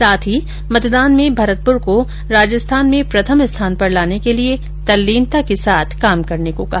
साथ ही मतदान में भरतपुर को राजस्थान में प्रथम स्थान पर लाने के लिए तल्लीनता के साथ काम करने को कहा